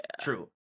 True